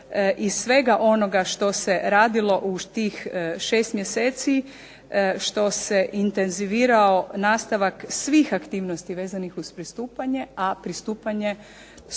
iz svega onoga što se radilo u tih 6 mjeseci, što se intenzivirao nastavak svih aktivnosti vezanih uz pristupanje, a pristupanje nisu